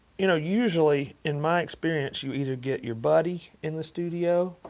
you know, usually, in my experience, you either get your buddy in the studio.